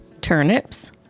turnips